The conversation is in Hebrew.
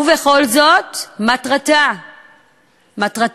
ובכל זאת, מטרתה הראשונית,